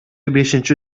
бешинчи